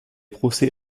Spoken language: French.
procès